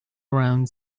around